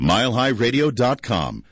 MileHighRadio.com